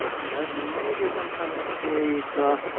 that may be some kind of data,